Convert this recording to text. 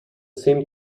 seem